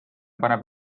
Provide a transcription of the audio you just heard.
paneb